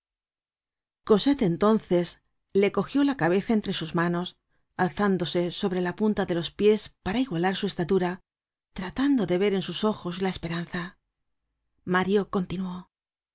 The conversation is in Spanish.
cosette cosette entonces le cogió la cabeza entre sus manos alzándose sobre la punta de los pies para igualar su estatura tratando de ver en sus ojos la esperanza mario continuó